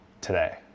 today